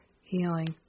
healing